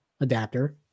adapter